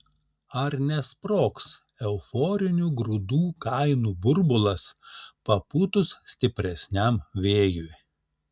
ar nesprogs euforinių grūdų kainų burbulas papūtus stipresniam vėjui